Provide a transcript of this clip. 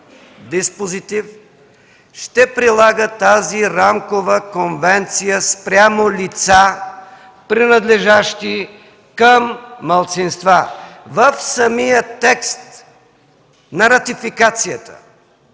диспозитив – ще прилага тази рамкова конвенция спрямо лица, принадлежащи към малцинства”. В самия текст на ратификацията,